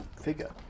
figure